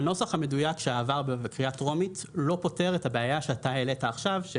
הנוסח המדויק שעבר בקריאה טרומית לא פותר את הבעיה שהעלית עכשיו.